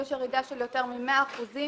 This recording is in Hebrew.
יש ירידה של יותר מ-100 אחוזים.